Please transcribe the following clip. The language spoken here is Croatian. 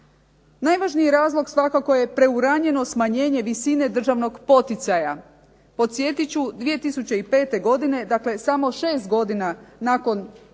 Najvažniji razlog svakako je preuranjeno smanjenje visine državnog poticaja. Podsjetit ću 2005. godine, dakle samo 6 godina nakon